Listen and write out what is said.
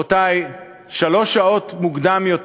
רבותי, שלוש שעות מוקדם יותר,